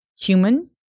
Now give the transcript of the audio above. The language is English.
human